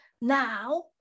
Now